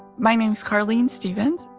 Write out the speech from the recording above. my name is carlene stephens.